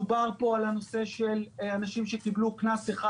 דובר פה על הנושא של אנשים שקיבלו קנס אחד,